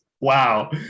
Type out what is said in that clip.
Wow